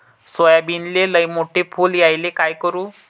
सोयाबीनले लयमोठे फुल यायले काय करू?